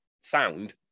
sound